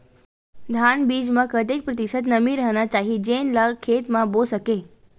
धान बीज म कतेक प्रतिशत नमी रहना चाही जेन ला खेत म बो सके?